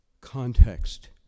context